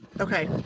okay